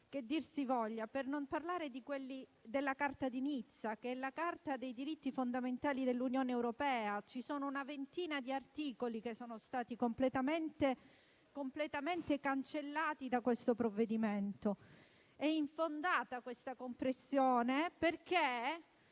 Per non parlare di quelli della Carta di Nizza, che è la Carta dei diritti fondamentali dell'Unione europea. Ci sono una ventina di articoli che sono stati completamente cancellati da questo provvedimento. Questa compressione è